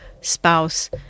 spouse